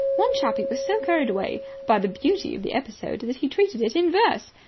one chappie was so carried away by the beauty of the episode that he treated it in verse.